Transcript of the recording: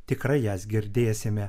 tikrai jas girdėsime